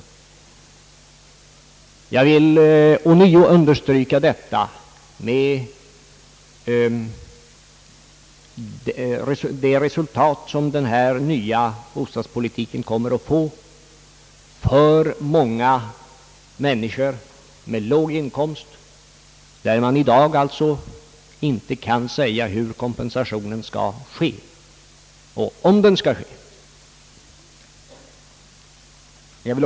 Jag vill ånyo understryka detta. Med det resultat som den nya bostadspolitiken kommer att få för många männi skor med låg inkomst kan man i dag inte från regeringens sida säga hur kompensationen skall ske och om den skall ske. Detta är en allvarlig brist.